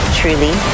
truly